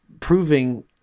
Proving